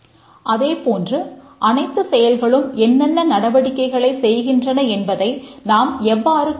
இதேபோன்று அனைத்து செயல்களும் என்னென்ன நடவடிக்கைகளைச் செய்கின்றன என்பதை நாம் எவ்வாறு கூறமுடியும்